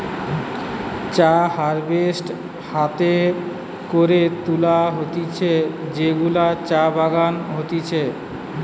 চা হারভেস্ট হাতে করে তুলা হতিছে যেগুলা চা বাগানে হতিছে